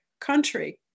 country